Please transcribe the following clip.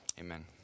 Amen